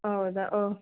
ಹೌದಾ ಓಹ್